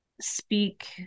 speak